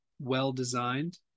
well-designed